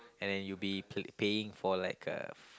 and then you'll be play paying for like a